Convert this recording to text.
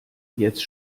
jetzt